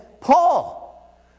Paul